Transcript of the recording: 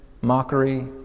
mockery